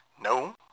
No